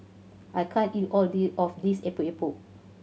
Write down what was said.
I can't eat all of this Epok Epok